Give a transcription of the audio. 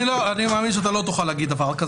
אני מאמין שלא תוכל להגיד דבר כזה.